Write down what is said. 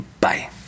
bye